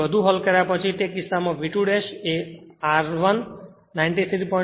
તેથી બધુ હલ કર્યા પછી તે કિસ્સામાં V2 એ R1 93